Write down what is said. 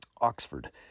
Oxford